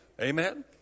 Amen